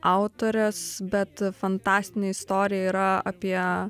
autorės bet fantastinė istorija yra apie